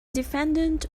defendant